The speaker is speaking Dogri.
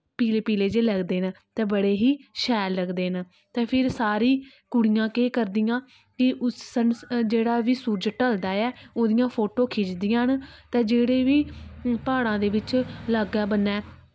पीले पीले जेह् लगदे न ते बड़े ही शैल लगदे न ते फिर सारी कुड़ियां केह् करदियां कि उस सन जेह्ड़ा बी सूरज ढलदा ऐ ओह्दियां फोटो खिचदियां न ते जेह्ड़े बी प्हाड़ां दे बिच्च लाग्गै बन्नै